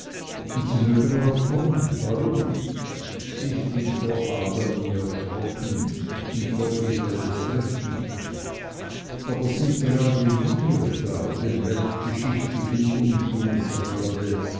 sie mögen auch kommen warum nicht ich bin vor adam nie erschrocken und vor eva erst recht nicht aber sind gerade wir dazu da dem weltgeschichtlichen